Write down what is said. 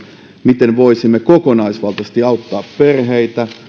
miten voisimme kokonaisvaltaisesti auttaa perheitä